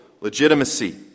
legitimacy